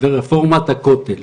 ורפורמת הכותל,